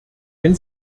wenn